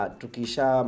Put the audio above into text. tukisha